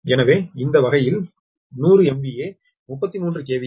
எனவே இந்த வகையில் 100 MVA 33 KV